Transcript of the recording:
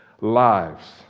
Lives